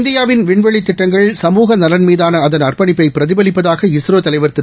இந்தியாவின் விண்வெளித் திட்டங்கள் சமூக நலன் மீதான அதன் அர்ப்பணிப்பை பிரதிபலிப்பதாக இஸ்ரோ தலைவர் திரு